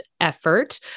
effort